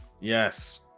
Yes